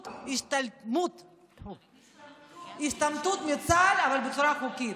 השתמטות מצה"ל, אבל בצורה חוקית,